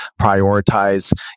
prioritize